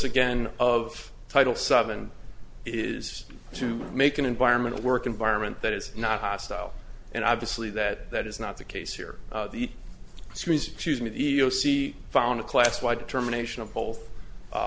again of title seven is to make an environment a work environment that is not hostile and obviously that that is not the case here the series choosing the e e o c found a class wide determination of both